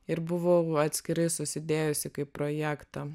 ir buvau atskirai susidėjusi kaip projektą